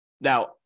Now